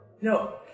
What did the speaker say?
No